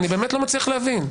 אני לא מצליח להבין.